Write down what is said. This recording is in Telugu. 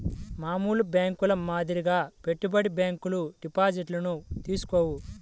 మామూలు బ్యేంకుల మాదిరిగా పెట్టుబడి బ్యాంకులు డిపాజిట్లను తీసుకోవు